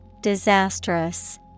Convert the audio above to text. Disastrous